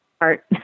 art